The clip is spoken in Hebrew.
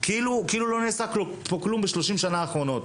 כאילו לא נעשה כלום ב-30 השנה האחרונות.